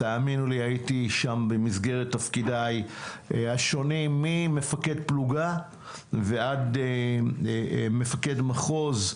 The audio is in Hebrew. הייתי שם במסגרת תפקידיי השונים ממפקד פלוגה ועד מפקד מחוז,